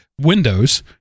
Windows